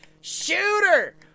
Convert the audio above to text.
Shooter